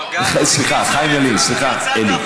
סליחה, חיים ילין, סליחה, אלי.